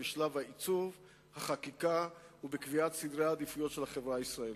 בשלב העיצוב והחקיקה ובקביעת סדרי העדיפויות של החברה הישראלית.